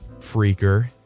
Freaker